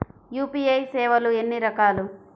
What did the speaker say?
UPI సేవలు ఎన్నిరకాలు?